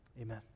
Amen